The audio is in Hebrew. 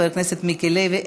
חבר הכנסת מיקי לוי,